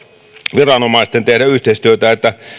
viranomaisten tehdä yhteistyötä että